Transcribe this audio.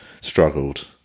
struggled